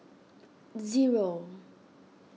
zero